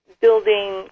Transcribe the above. building